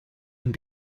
and